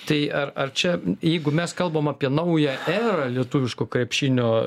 tai ar ar čia jeigu mes kalbam apie naują erą lietuviško krepšinio